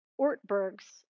Ortberg's